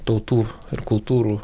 tautų ir kultūrų